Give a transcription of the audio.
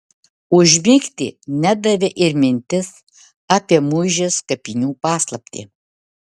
užmigti nedavė ir mintis apie muižės kapinių paslaptį